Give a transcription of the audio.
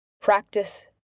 practice